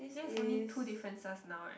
yes only two differences know right